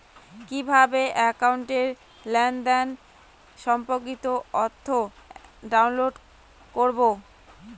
কিভাবে একাউন্টের লেনদেন সম্পর্কিত তথ্য ডাউনলোড করবো?